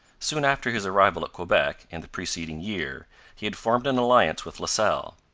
soon after his arrival at quebec in the preceding year he had formed an alliance with la salle.